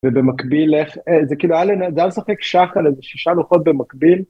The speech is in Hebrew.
ובמקביל איך, זה כאילו זה היה לשחק שח על איזה שישה לוחות במקביל.